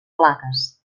plaques